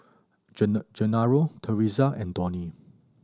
Genaro Theresa and Donie